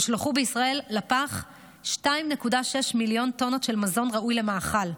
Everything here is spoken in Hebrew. בשנת 2021 הושלכו בישראל לפח 2.6 מיליון טונות של מזון ראוי למאכל.